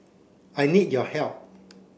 I need your help